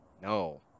No